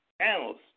Analysts